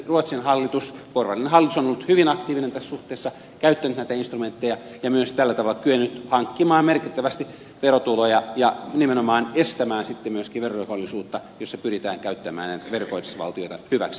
ruotsin hallitus porvarillinen hallitus on ollut hyvin aktiivinen tässä suhteessa käyttänyt näitä instrumentteja ja myös tällä tavalla kyennyt hankkimaan merkittävästi verotuloja ja nimenomaan estämään sitten myöskin verorikollisuutta jossa pyritään käyttämään veroparatiisivaltioita hyväksi